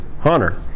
hunter